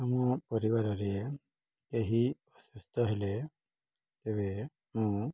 ଆମ ପରିବାରରେ କେହି ଅସୁସ୍ଥ ହେଲେ ତେବେ ମୁଁ